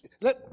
Let